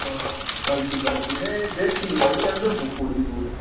हां बलदी बलदी ते एह् देसी नेईं भई अंदर फुकू उड़दी पूरा